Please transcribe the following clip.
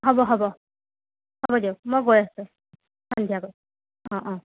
হ'ব হ'ব হ'ব দিয়ক মই গৈ আছোঁ সন্ধিয়াকৈ অ' অ'